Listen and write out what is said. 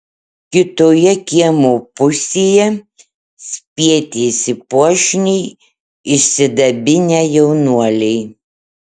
kitoje kiemo pusėje spietėsi puošniai išsidabinę jaunuoliai